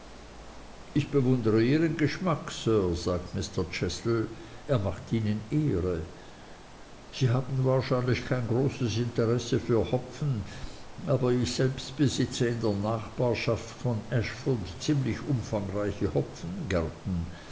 ich bewundere ihren geschmack sir sagt mr chestle er macht ihnen ehre sie haben wahrscheinlich kein großes interesse für hopfen aber ich selbst besitze in der nachbarschaft von ashford ziemlich umfangreiche hopfengärten